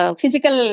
physical